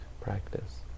practice